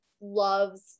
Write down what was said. loves